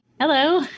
Hello